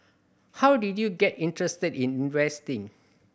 how did you get interested in investing